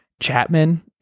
Chapman